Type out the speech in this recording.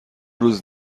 روز